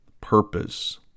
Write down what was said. purpose